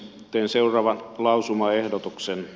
teen seuraavan lausumaehdotuksen